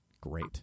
great